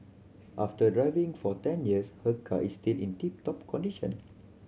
after driving for ten years her car is still in tip top condition